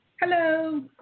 Hello